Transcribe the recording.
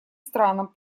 странам